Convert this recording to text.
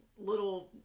little